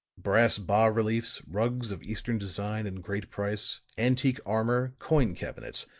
brass bas-reliefs, rugs of eastern design and great price, antique armor, coin cabinets,